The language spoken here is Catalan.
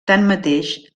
tanmateix